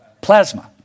plasma